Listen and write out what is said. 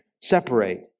separate